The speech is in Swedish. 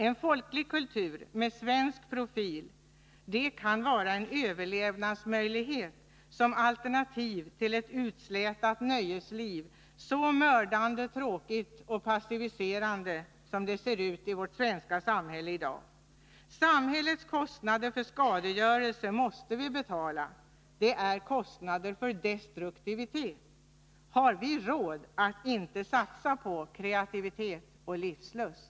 En folklig kultur med svensk profil kan vara en överlevnadsmöjlighet som alternativ till ett utslätat nöjesliv, så mördande tråkigt och passiviserande som det ser ut i vårt svenska samhälle i dag. Samhällets kostnader för skadegörelse måste vi betala, det är kostnader för destruktivitet. Har vi råd att inte satsa på kreativitet och livslust?